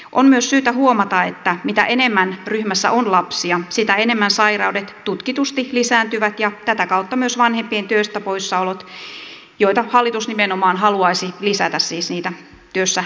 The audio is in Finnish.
on myös syytä huomata että mitä enemmän ryhmässä on lapsia sitä enemmän sairaudet tutkitusti lisääntyvät ja tätä kautta myös vanhempien työstä poissaolot vaikka hallitus nimenomaan haluaisi lisätä niitä työssä läsnäoloja